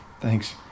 Thanks